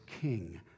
king